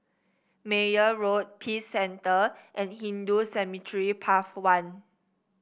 Meyer Road Peace Centre and Hindu Cemetery Path one